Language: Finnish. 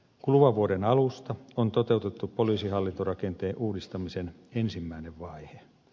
kuluvan vuoden alusta on toteutettu poliisihallintorakenteen uudistamisen ensimmäinen vaihe